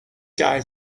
guy